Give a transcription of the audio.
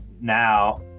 now